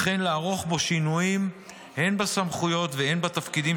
וכן לערוך בו שינויים הן בסמכויות והן בתפקידים